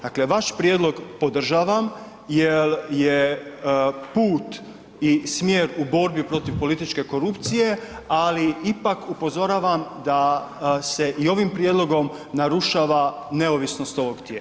Dakle, vaš prijedlog podržavam jel je smjer i put u borbi protiv političke korupcije, ali ipak upozoravam da se i ovim prijedlogom narušava neovisnost ovog tijela.